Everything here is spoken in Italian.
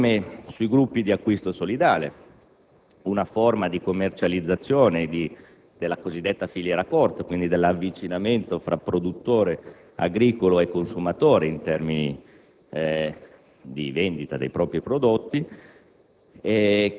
Ci sono norme sui gruppi di acquisto solidale (GAS), una forma di commercializzazione della cosiddetta filiera corta, cioè di avvicinamento fra produttore agricolo e consumatore in termini di vendita dei propri prodotti